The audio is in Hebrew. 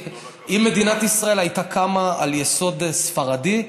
אם מדינת ישראל הייתה קמה על יסוד ספרדי,